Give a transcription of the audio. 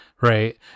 Right